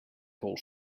vol